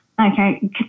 okay